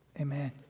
Amen